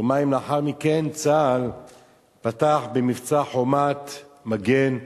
ויומיים לאחר מכן צה"ל פתח במבצע "חומת מגן"